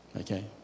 Okay